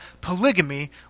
polygamy